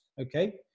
Okay